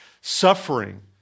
suffering